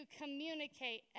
communicate